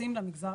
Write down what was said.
יועצים למגזר